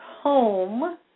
home